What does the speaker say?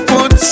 Put